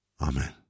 Amen